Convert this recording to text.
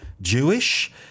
Jewish